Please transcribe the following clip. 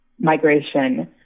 migration